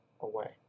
away